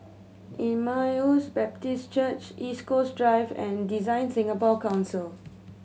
Emmaus Baptist Church East Coast Drive and DesignSingapore Council